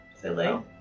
Silly